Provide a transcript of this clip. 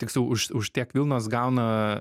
tiksliau už už tiek vilnos gauna